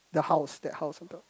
the house that house on top